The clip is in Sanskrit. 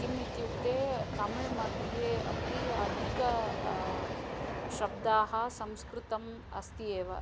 किम् इत्युक्ते तमिळ्मध्ये अपि अधिकाः शब्दाः संस्कृतम् अस्ति एव